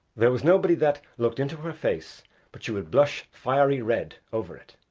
there was nobody that looked into her face but she would blush fiery red over it.